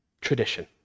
tradition